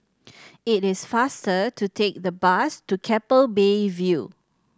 it is faster to take the bus to Keppel Bay View